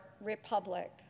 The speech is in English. republic